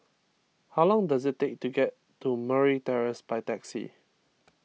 how long does it take to get to Murray Terrace by taxi